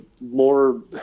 more